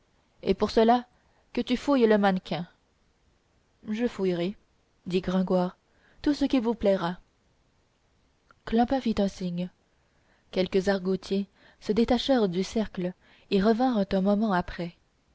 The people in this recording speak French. et pour cela que tu fouilles le mannequin je fouillerai dit gringoire tout ce qu'il vous plaira clopin fit un signe quelques argotiers se détachèrent du cercle et revinrent un moment après